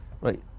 Right